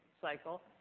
cycle